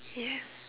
yes